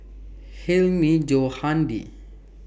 Hilmi Johandi